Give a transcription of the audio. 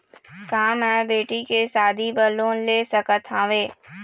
का मैं बेटी के शादी बर लोन ले सकत हावे?